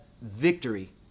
victory